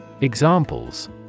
Examples